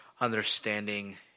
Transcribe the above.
understanding